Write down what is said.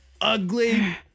ugly